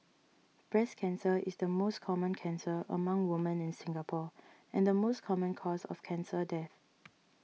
breast cancer is the most common cancer among women in Singapore and the most common cause of cancer death